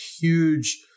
huge